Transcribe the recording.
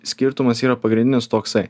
skirtumas yra pagrindinis toksai